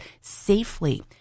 safely